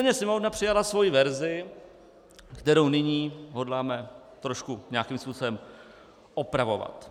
Nicméně Sněmovna přijala svoji verzi, kterou nyní hodláme trošku nějakým způsobem opravovat.